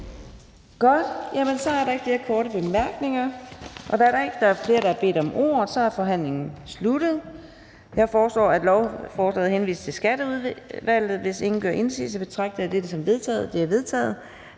Godt. Så er der ikke flere korte bemærkninger. Da der ikke er flere, der har bedt om ordet, er forhandlingen sluttet. Jeg foreslår, at lovforslaget henvises til Skatteudvalget. Hvis ingen gør indsigelse, betragter jeg dette som vedtaget.